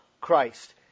Christ